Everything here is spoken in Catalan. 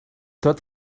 tot